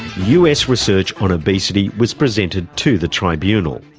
us research on obesity was presented to the tribunal.